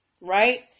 Right